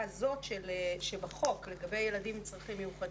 הזאת שבחוק לגבי ילדים עם צרכים מיוחדים.